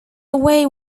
away